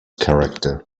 character